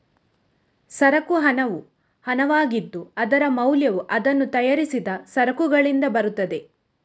ಸರಕು ಹಣವು ಹಣವಾಗಿದ್ದು, ಅದರ ಮೌಲ್ಯವು ಅದನ್ನು ತಯಾರಿಸಿದ ಸರಕುಗಳಿಂದ ಬರುತ್ತದೆ